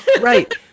Right